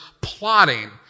plotting